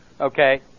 Okay